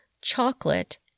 chocolate